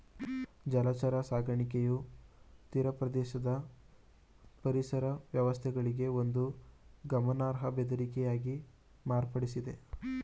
ಜಲಚರ ಸಾಕಣೆಯು ತೀರಪ್ರದೇಶದ ಪರಿಸರ ವ್ಯವಸ್ಥೆಗಳಿಗೆ ಒಂದು ಗಮನಾರ್ಹ ಬೆದರಿಕೆಯಾಗಿ ಮಾರ್ಪಡ್ತಿದೆ